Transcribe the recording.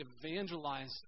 evangelize